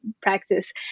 practice